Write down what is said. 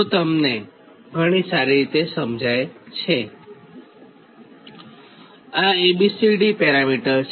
તો આ તમને ઘણી સારી રીતે સમજાય છે કે આ A B C D parameter છે